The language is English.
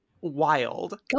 wild